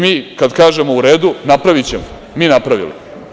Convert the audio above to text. Mi kada kažemo u redu, napravićemo, mi napravili.